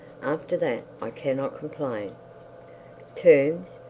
after that, i cannot complain terms!